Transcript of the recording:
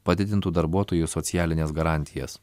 padidintų darbuotojų socialines garantijas